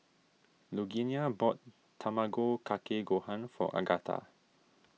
Lugenia bought Tamago Kake Gohan for Agatha